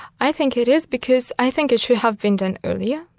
i think it is because i think it should have been done earlier.